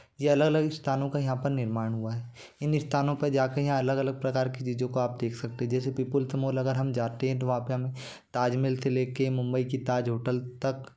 ये अलग स्थानों का यहाँ पर निर्माण हुआ है इन स्थानों पर जा कर यहाँ अलग अलग प्रकार की चीज़ों को आप देख सकते हैं जैसे पीपुल्स मोल अगर हम जाते हैं तो वहाँ पर हमें ताज महल से ले कर मुंबई की ताज होटल तक